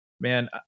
man